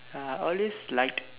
uh all this like